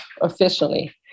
officially